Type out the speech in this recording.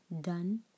done